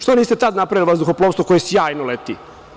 Što niste tad napravili vazduhoplovstvo koje sjajno leti?